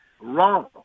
wrong